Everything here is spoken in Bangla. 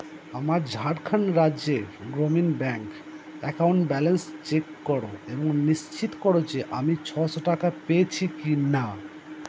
আমার ঝাড়খণ্ড রাজ্যে গ্রমীণ ব্যাংক অ্যাকাউন্ট ব্যালেন্স চেক করো এবং নিশ্চিত করো যে আমি ছশো টাকা পেয়েছি কি না